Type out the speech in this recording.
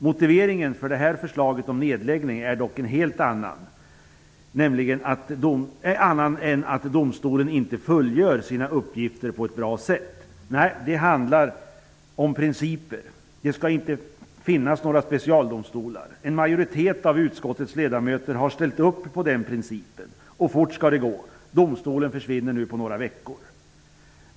Motiveringen för förslaget om nedläggning är dock en helt annan, nämligen att domstolen inte fullgör sina uppgifter på ett bra sätt. Det handlar om principer. Det skall inte finnas några specialdomstolar. En majoritet av utskottets ledamöter har ställt sig bakom den principen, och fort skall det gå. Domstolen försvinner nu på några veckor.